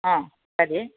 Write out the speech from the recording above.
ಹಾಂ ಸರಿ